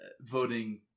voting